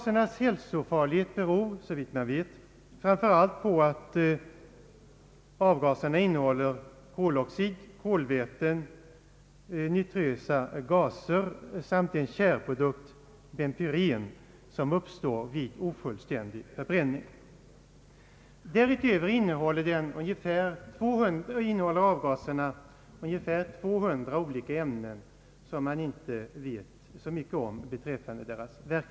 Hälsofarligheten beror, såvitt man vet, framför allt på att bilavgaserna innehåller koloxid, kolväten, nitrösa gaser samt en tjärprodukt, benpyren, som uppstår vid ofullständig förbränning. Härutöver innehåller avgaserna ungefär 200 olika ämnen, vilkas verkan vi inte vet så mycket om.